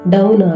Down